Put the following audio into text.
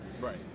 Right